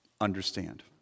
understand